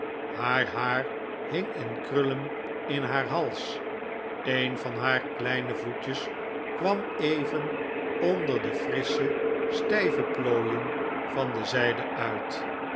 haar haar hing in krullen in haar hals een van haar kleine voctjes kwam even onder de frissche stijve plooien van de zijde uit